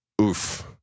oof